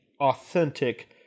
authentic